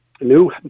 new